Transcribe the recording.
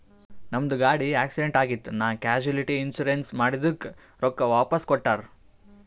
ನಮ್ದು ಗಾಡಿ ಆಕ್ಸಿಡೆಂಟ್ ಆಗಿತ್ ನಾ ಕ್ಯಾಶುಲಿಟಿ ಇನ್ಸೂರೆನ್ಸ್ ಮಾಡಿದುಕ್ ರೊಕ್ಕಾ ಕೊಟ್ಟೂರ್